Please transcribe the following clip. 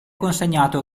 consegnato